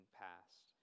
past